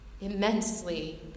immensely